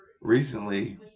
recently